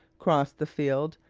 crossed the field,